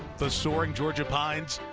the soaring georgia pines,